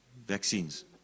Vaccines